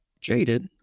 jaded